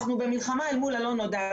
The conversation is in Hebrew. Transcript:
אנחנו במלחמה אל מול הלא נודע.